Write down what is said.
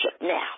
now